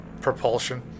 propulsion